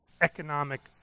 economic